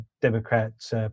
Democrats